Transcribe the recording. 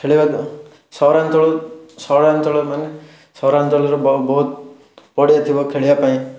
ଖେଳିବା ଦ୍ୱାରା ସହରାଞ୍ଚଳ ସହରାଞ୍ଚଳରେ ମାନେ ସହରାଞ୍ଚଳରେ ବହୁତ ପଡ଼ିଆ ଥିବ ଖେଳିବାପାଇଁ